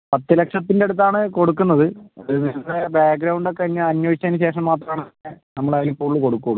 പത്ത് ലക്ഷത്തിന്റ അടുത്താണ് കൊടുക്കുന്നത് അത് പിന്നെ ബാക്ഗ്രൗണ്ടൊക്കെ ഞാൻ അന്വേഷിച്ചതിന് ശേഷം മാത്രമാണ് നമ്മള് അതിൽ കൂടുതൽ കൊടുക്കുകയുള്ളു